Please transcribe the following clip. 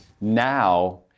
now